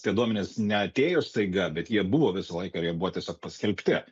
tie duomenys neatėjo staiga bet jie buvo visą laiką ir jie buvo tiesiog paskelbti